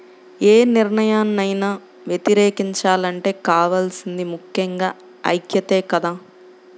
యే నిర్ణయాన్నైనా వ్యతిరేకించాలంటే కావాల్సింది ముక్కెంగా ఐక్యతే కదా